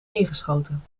neergeschoten